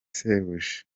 shebuja